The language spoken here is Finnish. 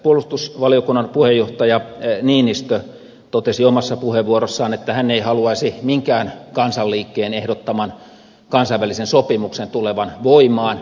puolustusvaliokunnan puheenjohtaja niinistö totesi omassa puheenvuorossaan että hän ei haluaisi minkään kansanliikkeen ehdottaman kansainvälisen sopimuksen tulevan voimaan